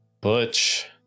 Butch